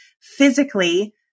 Physically